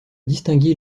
distinguer